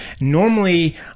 Normally